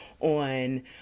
on